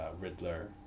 Riddler